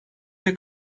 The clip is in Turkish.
ile